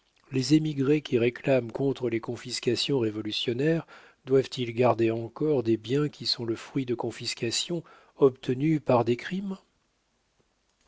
les émigrés qui réclament contre les confiscations révolutionnaires doivent-ils garder encore des biens qui sont le fruit de confiscations obtenues par des crimes